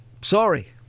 Sorry